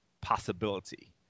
possibility